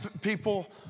people